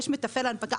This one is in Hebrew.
יש מתפעל הנפקה.